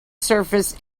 surface